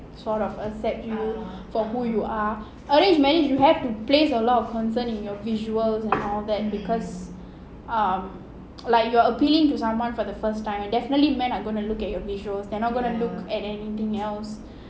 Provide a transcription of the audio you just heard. sort of accept you for who you are arranged marriage you have to place a lot of concern in your visuals and all that because um like you are appealing to someone for the first time definitely men are going to look at your visuals they are not gonna look at anything else